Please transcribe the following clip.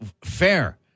fair